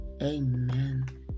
amen